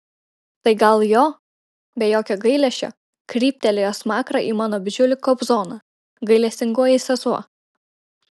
tai gal jo be jokio gailesčio kryptelėjo smakrą į mano bičiulį kobzoną gailestingoji sesuo